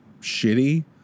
Shitty